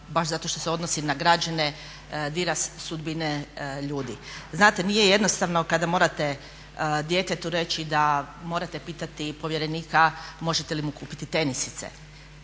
baš zato što se odnosi na građane dira sudbine ljudi. Znate, nije jednostavno kada morate djetetu reći da morate pitati povjerenika možete li mu kupiti tenisice